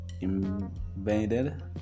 invaded